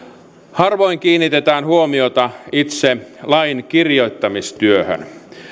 harvoin kiinnitetään huomiota itse lainkirjoittamistyöhön